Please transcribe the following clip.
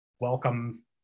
welcome